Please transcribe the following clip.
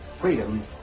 freedom